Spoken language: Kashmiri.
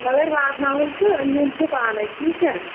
مَگر واتناوُن تہٕ تیٚنۍ چھو پانے ٹھیٖک چھا